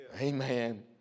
Amen